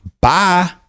Bye